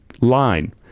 line